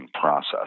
process